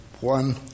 one